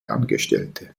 angestellte